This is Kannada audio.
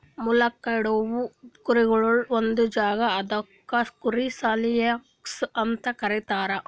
ಮಾರ್ಲುಕ್ ಇಡವು ಕುರಿಗೊಳ್ದು ಒಂದ್ ಜಾಗ ಅದುಕ್ ಕುರಿ ಸೇಲಿಯಾರ್ಡ್ಸ್ ಅಂತ ಕರೀತಾರ